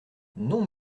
non